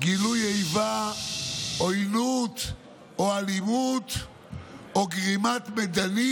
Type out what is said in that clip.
גילוי איבה, עוינות או אלימות או גרימת מדנים